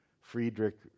Friedrich